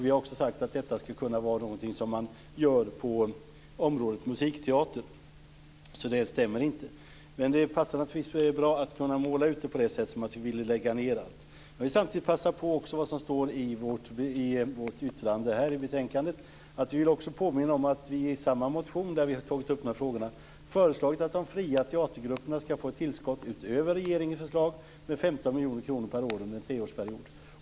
Vi har också sagt att detta skulle kunna vara någonting som man gör på området musikteater. Det som sades stämmer inte. Men det passar naturligtvis bra att måla ut det som att vi vill lägga ned allt. Jag vill samtidigt passa på att läsa vad som står i vårt yttrande i betänkandet: "Vi vill också påminna om att vi i samma motion" där vi tog upp dessa frågor "har föreslagit att de fria teatergrupperna skall få ett tillskott, utöver regeringens förslag, med 15 miljoner kronor per år under en treårsperiod."